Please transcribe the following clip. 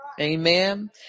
amen